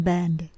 Band